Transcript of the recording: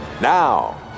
now